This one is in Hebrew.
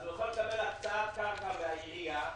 אז הוא יכול לקבל הקצאת קרקע מהעירייה,